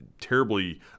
terribly